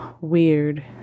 weird